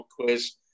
quiz